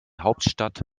hauptstadt